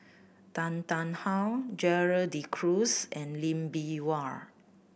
Tan Tarn How Gerald De Cruz and Lee Bee Wah